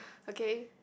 okay